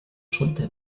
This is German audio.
schulte